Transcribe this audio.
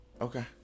okay